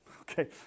Okay